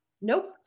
Nope